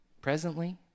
presently